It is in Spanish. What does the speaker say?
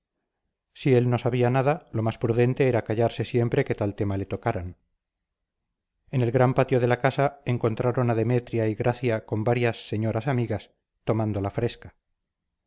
si él no sabía nada lo más prudente era callarse siempre que tal tema le tocaran en el gran patio de la casa encontraron a demetria y gracia con varias señoras amigas tomando la fresca